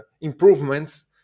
improvements